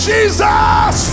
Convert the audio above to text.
Jesus